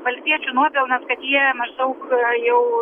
valstiečių nuopelnas kad jie maždaug jau